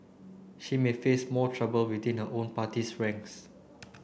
she may face more trouble within a own party's ranks